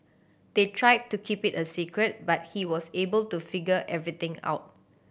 they tried to keep it a secret but he was able to figure everything out